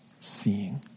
seeing